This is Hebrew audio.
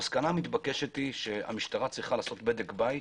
המסקנה המתבקשת היא שהמשטרה צריכה לעשות בדק בית